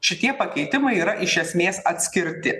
šitie pakeitimai yra iš esmės atskirti